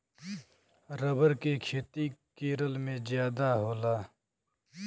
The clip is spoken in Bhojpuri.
रबर के खेती केरल में जादा होला